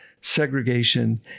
segregation